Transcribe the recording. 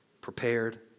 prepared